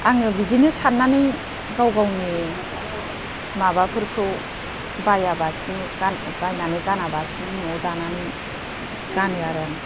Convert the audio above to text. आङो बिदिनो साननानै गाव गावनि माबाफोरखौ बायालासिनो गाननो बायनानै गानालासिनो नवाव दानानै गानो आरो आं